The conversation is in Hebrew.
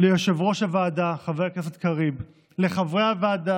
ליושב-ראש הוועדה חבר הכנסת קריב ולחברי הוועדה